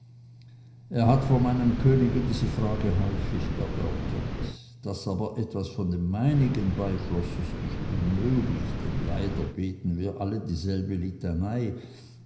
er hat vor meinem könige diese frage häufig erörtert daß aber etwas von dem meinigen beifloß ist nicht unmöglich denn leider beten wir alle dieselbe litanei